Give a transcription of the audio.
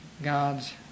god's